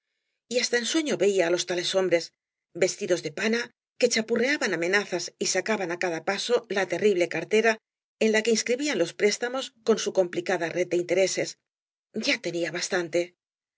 y hasta en suefios veía á los tales hombres vestidos de pana que chapurreaban amenazas y sacaban á cada paso la terrible cartera en la que inscribían los préstamos con su complicada red de intereses ta tenía bastante